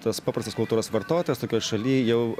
tas paprastas kultūros vartotojas tokioj šaly jau